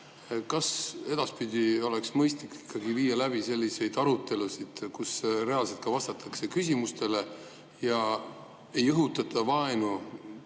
kas edaspidi oleks mõistlik ikkagi viia läbi selliseid arutelusid, kus reaalselt ka vastatakse küsimustele ja ei õhutata vaenu